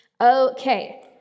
Okay